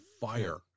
fire